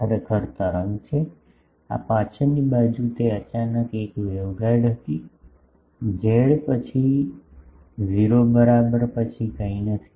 તે ખરેખર તરંગ છે આ પાછળની બાજુ તે અચાનક એક વેવગાઇડ હતી z પછી બરાબર 0 પછી કંઈ નથી